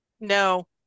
No